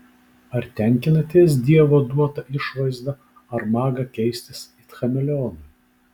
ar tenkinatės dievo duota išvaizda ar maga keistis it chameleonui